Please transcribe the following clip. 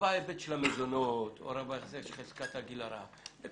בהיבט של המזונות או רק בהיבט של חזקת הגיל הרך,